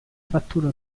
fattura